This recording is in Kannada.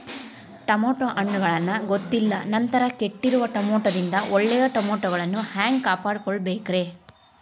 ಟಮಾಟೋ ಹಣ್ಣುಗಳನ್ನ ಗೊತ್ತಿಲ್ಲ ನಂತರ ಕೆಟ್ಟಿರುವ ಟಮಾಟೊದಿಂದ ಒಳ್ಳೆಯ ಟಮಾಟೊಗಳನ್ನು ಹ್ಯಾಂಗ ಕಾಪಾಡಿಕೊಳ್ಳಬೇಕರೇ?